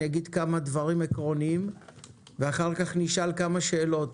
אגיד כמה דברים עקרוניים ואחר כך נשאל כמה שאלות,